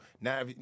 Now